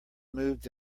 moved